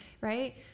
right